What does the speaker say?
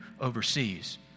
overseas